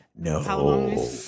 no